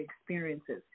experiences